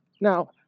Now